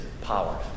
power